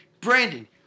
Brandon